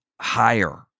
higher